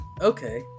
Okay